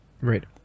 right